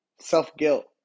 self-guilt